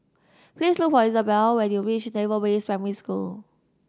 please look for Isabel when you reach Naval Base Primary School